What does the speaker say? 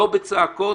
לא בצעקות.